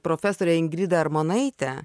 profesorę ingridą armonaitę